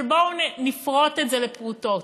אבל בואו נפרוט את זה לפרוטות,